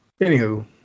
anywho